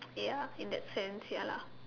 ya in that sense ya lah